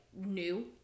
new